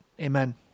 Amen